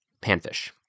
panfish